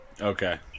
Okay